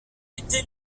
était